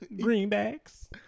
greenbacks